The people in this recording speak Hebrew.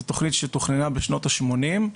זו תוכנית שתוכננה בשנות השמונים,